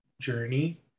journey